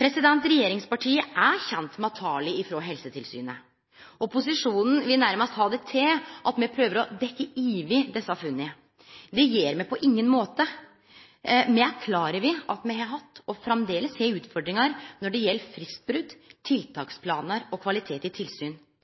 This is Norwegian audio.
Regjeringspartia er kjende med tala frå Helsetilsynet. Opposisjonen vil nærmast ha det til at me prøver å dekkje over desse funna. Det gjer me på ingen måte. Me er klar over at me har hatt og framleis har utfordringar når det gjeld fristbrot, tiltaksplanar og kvalitet i tilsyn.